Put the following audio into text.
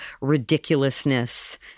ridiculousness